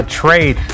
trade